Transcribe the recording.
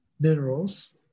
Minerals